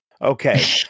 Okay